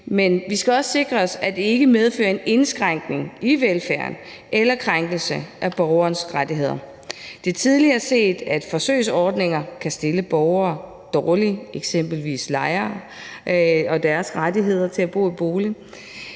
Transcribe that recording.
men vi skal også sikre os, at det ikke medfører en indskrænkning i velfærden eller en krænkelse af borgerens rettigheder. Det er tidligere set, at forsøgsordninger kan stille borgere dårligt, eksempelvis lejere i forhold til deres rettigheder til at bo i en bolig,